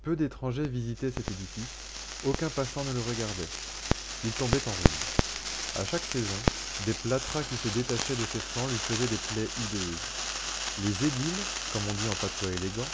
peu d'étrangers visitaient cet édifice aucun passant ne le regardait il tombait en ruine à chaque saison des plâtras qui se détachaient de ses flancs lui faisaient des plaies hideuses les édiles comme on dit en patois élégant